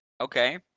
Okay